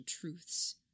truths